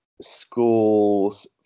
schools